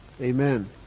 Amen